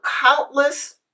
countless